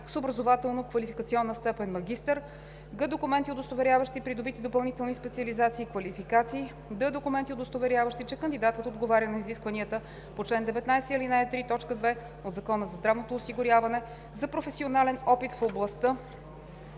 с образователно-квалификационна степен „магистър“; г) документи, удостоверяващи придобити допълнителни специализации и квалификации; д) документи, удостоверяващи, че кандидатът отговаря на изискването по чл. 19, ал. 3, т. 2 от Закона за здравното осигуряване за професионален опит в областта